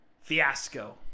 fiasco